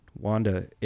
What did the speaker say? Wanda